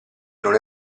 non